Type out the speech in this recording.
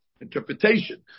interpretation